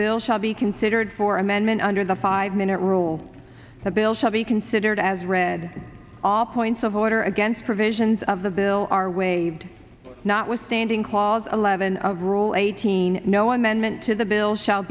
bill shall be considered for amendment under the five minute rule the bill shall be considered as read all points of order against provisions of the bill are waived notwithstanding clause eleven of rule eighteen no amendment to the bill shall